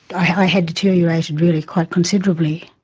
i had deteriorated really quite considerably.